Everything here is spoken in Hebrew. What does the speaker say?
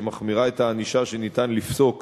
שמחמירה את הענישה שניתן לפסוק